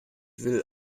will